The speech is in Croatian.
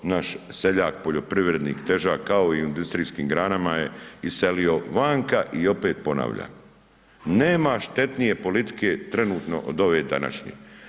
Naš seljak, poljoprivrednik, težak kao i u industrijskim granama je iselio vanka i opet ponavljam, nema štetnije politike trenutno od ove današnje.